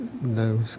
no